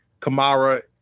Kamara